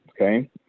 okay